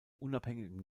unabhängigen